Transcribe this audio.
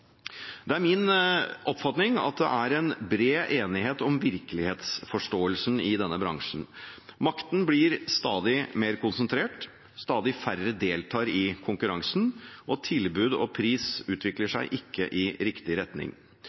Det er min oppfatning at det er bred enighet om virkelighetsforståelsen i denne bransjen. Makten blir stadig mer konsentrert, stadig færre deltar i konkurransen, og tilbud og pris utvikler seg ikke i riktig retning.